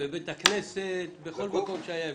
בבית הכנסת ובכל מקום שהיה אפשר.